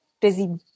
busy